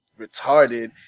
retarded